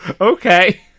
Okay